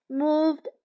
moved